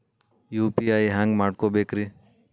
UPI ಹ್ಯಾಂಗ ಮಾಡ್ಕೊಬೇಕ್ರಿ?